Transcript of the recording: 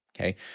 okay